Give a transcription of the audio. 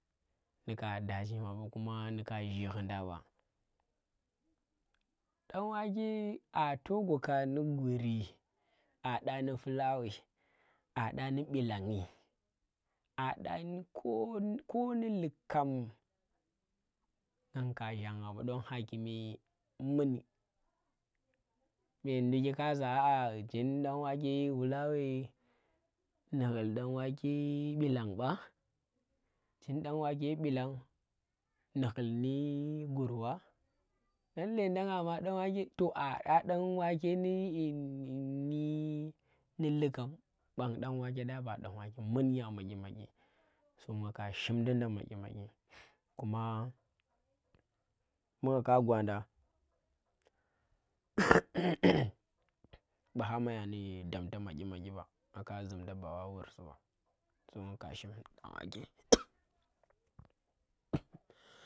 Ndi ka da jinba kuma ndi ka ghee ghunda ba danwake a toh gwa kya ndi guri, aa ɗa ndi fulawe aa ɗa nyi bilakyi ɗa nyi ko ndu llikam nang ka zhan ghaba don ha kume muni. Beni dugki kaza aa chin danwake fulawe ndi ghul danwake bilang ba, chin danwake bilang nu ghul ndi gurr ba, yan len dang nga ma danwake toh aa ɗa danwake ndi ndi llakam ɗan danwake dya ba danwake mun ya madyi madyi so nga ka shimda madyi madyi so nga ka shimdiɗa madyi madyi kuma mbu nga ka gwa nda bu ha maya ndi damta madyi madyi ba nga ka zum nda ba wa wursi ɓa so nga ka shim danwake